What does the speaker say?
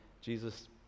Jesus